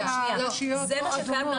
לא שאתם תוכלו